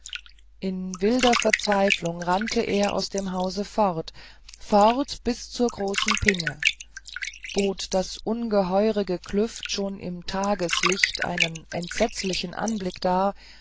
in wilder verzweiflung rannte er aus dem hause fort fort bis zur großen pinge bot das ungeheure geklüft schon im tageslicht einen entsetzlichen anblick dar